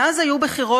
מאז היו בחירות,